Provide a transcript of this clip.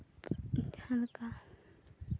ᱡᱟᱦᱟᱸ ᱞᱮᱠᱟ